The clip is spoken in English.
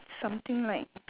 something like